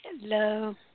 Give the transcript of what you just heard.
Hello